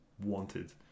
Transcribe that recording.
wanted